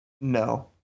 No